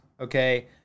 okay